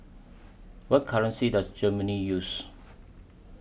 What currency Does Germany use